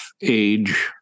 age